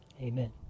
Amen